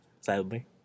sadly